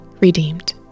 redeemed